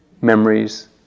Memories